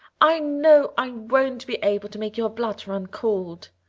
i know i won't be able to make your blood run cold.